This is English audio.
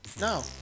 No